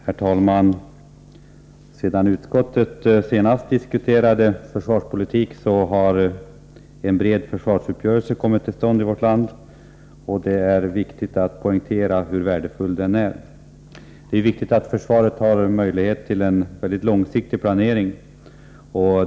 Herr talman! Sedan utskottet senast diskuterade försvarspolitik har en bred försvarsuppgörelse kommit till stånd i vårt land. Det är viktigt att poängtera hur värdefull den är. Det är angeläget att försvaret har möjlighet till en mycket långsiktig planering.